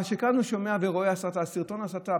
אבל כשכאן הוא שומע ורואה סרטון הסתה,